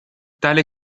tale